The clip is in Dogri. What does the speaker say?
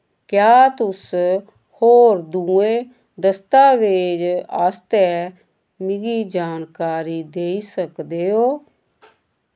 क्या तुस होर दुए दस्ताबेज आस्तै मिगी जानकारी देई सकदे ओ